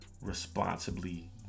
responsibly